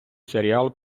серіал